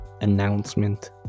announcement